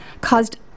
caused